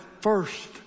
first